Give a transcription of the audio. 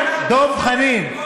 דב חנין,